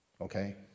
okay